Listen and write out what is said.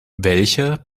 welcher